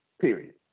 period